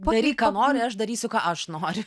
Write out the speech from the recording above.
daryk ką nori aš darysiu ką aš noriu